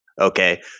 Okay